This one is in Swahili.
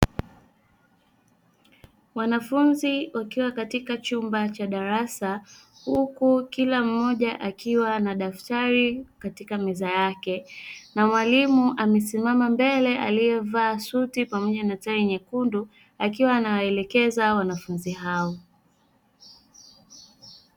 Wanafunzi wakiwa katika chumba cha darasa, huku kila mmoja akiwa na daftari katika meza yake na mwalimu aliye simama mbele aliyevaa suti pamoja na tai nyekundu akiwa anawaelekeza wanafunzi hao.